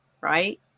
Right